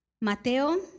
Mateo